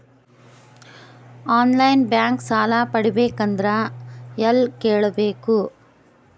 On line bank ಸಾಲ ಪಡಿಬೇಕಂದರ ಎಲ್ಲ ಕೇಳಬೇಕು?